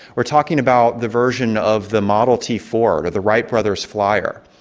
we're talking about the version of the model t ford or the wright brothers' flyer.